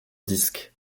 disques